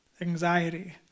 anxiety